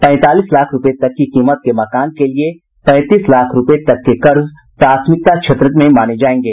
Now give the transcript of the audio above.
पैंतालीस लाख रूपये तक की कीमत के मकान के लिये पैंतीस लाख रूपये तक के कर्ज प्राथमिकता क्षेत्र में माने जायेंगे